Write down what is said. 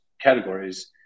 categories